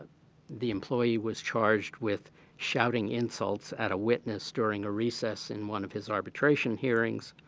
the employee was charged with shouting insults at a witness during a recess in one of his arbitration hearings.